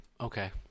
Okay